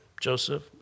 Joseph